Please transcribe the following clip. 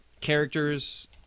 characters